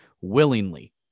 willingly